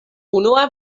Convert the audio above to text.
unua